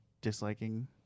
disliking